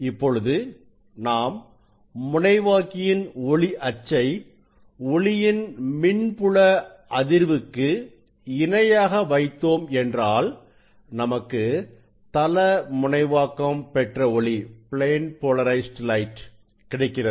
இப்பொழுது நாம் முனைவாக்கியின் ஒளி அச்சை ஒளியின் மின்புல அதிர்வுக்கு இணையாக வைத்தோம் என்றால் நமக்கு தள முனைவாக்கம் பெற்ற ஒளி கிடைக்கிறது